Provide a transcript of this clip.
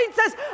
says